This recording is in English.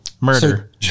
Murder